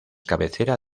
cabecera